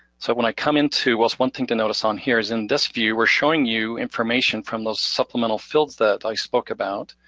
so when i come in to what's one thing to notice on here is in this view, we're showing you information from those supplemental fields that i spoke about.